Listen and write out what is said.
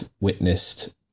witnessed